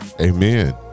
amen